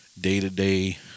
day-to-day